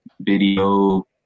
video